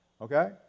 okay